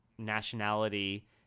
nationality